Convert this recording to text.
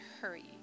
hurry